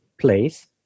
place